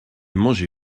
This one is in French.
mangé